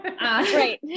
right